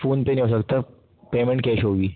phone پے نہیں ہو سکتا پیمنٹ کیش ہوگی